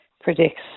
predicts